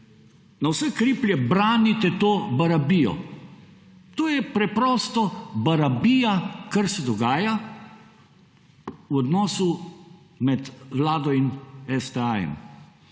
na vse kriplje branite to barabijo. To je preprosto barabija, kar se dogaja v odnosu med Vlado in STA